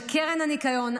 קרן הניקיון,